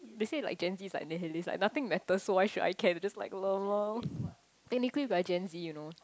they say that like gen z is like like nothing matter so why should I care just like lmao technically like I gen z you know